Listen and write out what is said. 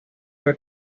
fue